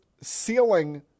ceiling